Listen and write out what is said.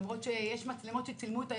למרות שיש מצלמות שצילמו את האירוע,